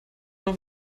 noch